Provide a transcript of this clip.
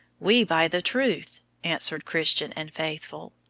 we buy the truth, answered christian and faithful.